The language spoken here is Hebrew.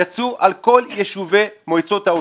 יצאו על כל יישובי מועצות העוטף.